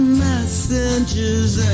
messages